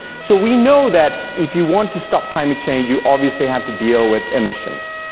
so we know that if you want to stop climate change, you obviously have to deal with emissions,